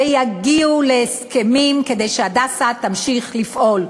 ויגיעו להסכמים כדי ש"הדסה" ימשיך לפעול.